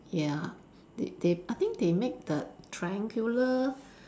ya they they I think they make the triangular